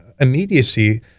immediacy